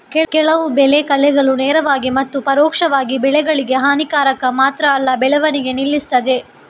ಕೆಲವು ಬೆಳೆ ಕಳೆಗಳು ನೇರವಾಗಿ ಮತ್ತು ಪರೋಕ್ಷವಾಗಿ ಬೆಳೆಗಳಿಗೆ ಹಾನಿಕಾರಕ ಮಾತ್ರ ಅಲ್ಲ ಬೆಳವಣಿಗೆ ನಿಲ್ಲಿಸ್ತದೆ